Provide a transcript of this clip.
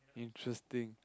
interesting